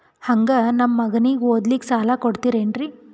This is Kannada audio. ಹಂಗ ನಮ್ಮ ಮಗನಿಗೆ ಓದಲಿಕ್ಕೆ ಸಾಲ ಕೊಡ್ತಿರೇನ್ರಿ?